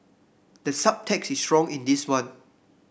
the subtext is strong in this one